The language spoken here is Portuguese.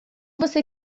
você